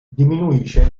diminuisce